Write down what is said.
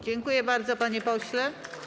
Dziękuję bardzo, panie pośle.